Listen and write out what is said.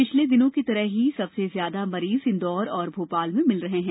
पिछले दिनों की तरह ही सबसे ज्यादा मरीज इंदौर और भोपाल में मिल रहे हैं